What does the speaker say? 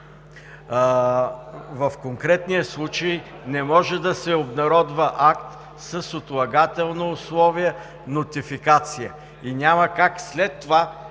В конкретния случай не може да се обнародва акт с отлагателно условие нотификация и няма как след това да се обнародва